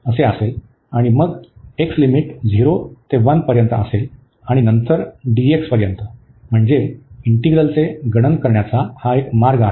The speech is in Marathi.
आणि मग x लिमिट 0 ते 1 पर्यंत असेलआणि नंतर पर्यंत म्हणजे इंटिग्रलचे गणन करण्याचा हा एक मार्ग आहे